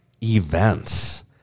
events